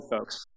folks